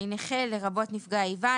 "נכה" לרבות נפגע איבה,